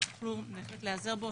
שתוכלו להיעזר בו